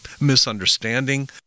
misunderstanding